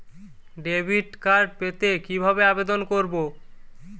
Debit card পেতে কিভাবে আবেদন করব?